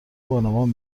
بانوان